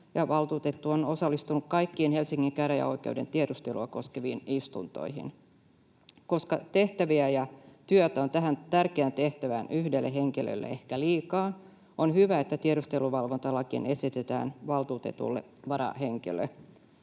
valtuutettu on osallistunut kaikkiin Helsingin käräjäoikeuden tiedustelua koskeviin istuntoihin. Koska tehtäviä ja työtä on tähän tärkeään tehtävään yhdelle henkilölle ehkä liikaa, on hyvä, että tiedusteluvalvontalakiin esitetään valtuutetulle varahenkilöä.